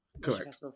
correct